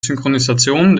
synchronisation